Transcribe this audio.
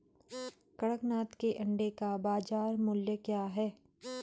कड़कनाथ के अंडे का बाज़ार मूल्य क्या है?